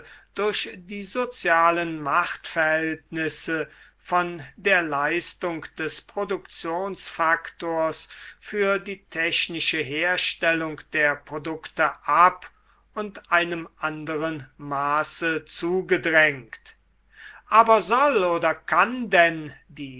durch die sozialen machtverhältnisse von der leistung des produktionsfaktors für die technische herstellung der produkte ab und einem anderen maße zugedrängt i aber soll oder kann denn die